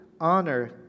honor